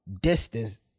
distance